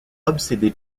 obsédé